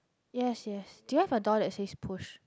yes yes do you have a door that says push